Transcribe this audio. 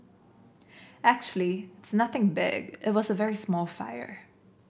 actually it's nothing big it was a very small fire